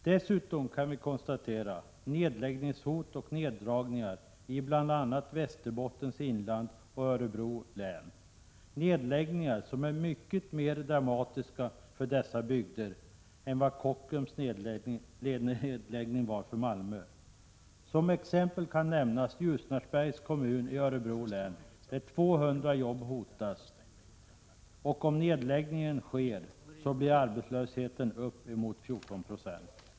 Dessutom kan vi konstatera nedläggningshot och neddragningar i bl.a. Västerbottens inland och Örebro län, nedläggningar som är mycket mer dramatiska för dessa bygder än vad Kockums nedläggning var för Malmö. Som exempel kan nämnas Ljusnarsbergs kommun i Örebro län, där 200 jobb hotas, och om nedläggning sker blir arbetslösheten upp emot 14 96.